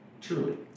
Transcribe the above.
truly